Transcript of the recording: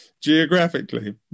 geographically